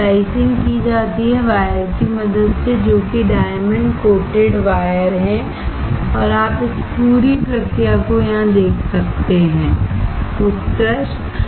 slicing की जाती है वायर की मदद से जो कि डायमंड कोटेड वायरहैं और आप इस पूरी प्रक्रिया को यहाँ देख सकते हैं उत्कृष्ट